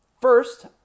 First